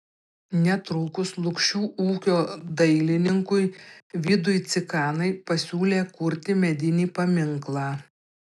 netrukus lukšių ūkio dailininkui vidui cikanai pasiūlė kurti medinį paminklą